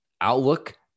outlook